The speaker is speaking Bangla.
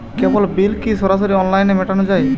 কেবল বিল কি সরাসরি অনলাইনে মেটানো য়ায়?